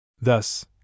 Thus